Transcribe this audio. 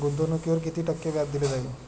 गुंतवणुकीवर किती टक्के व्याज दिले जाईल?